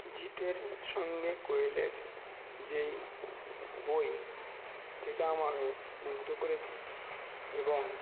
জিতের সঙ্গে কোয়েলের যেই বই সেটা আমাকে মুগ্ধ করেছে এবং